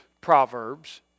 Proverbs